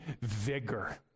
vigor